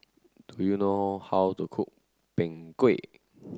do you know how to cook Png Kueh